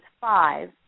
five